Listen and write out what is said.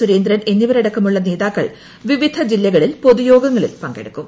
സുരേന്ദ്രൻ എന്നിവര്ട്ടിക്ക്മുള്ള നേതാക്കൾ വിവിധ ജില്ലകളിൽ പൊതുയോഗങ്ങളിൽ പ്രിങ്കെടുക്കും